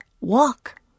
walk